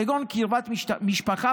כגון קרבת משפחה,